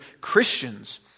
Christians